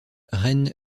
reine